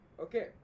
Okay